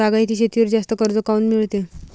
बागायती शेतीवर जास्त कर्ज काऊन मिळते?